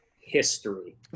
history